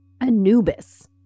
anubis